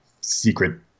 secret